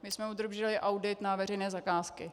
My jsme obdrželi audit na veřejné zakázky.